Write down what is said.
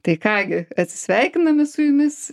tai ką gi atsisveikiname su jumis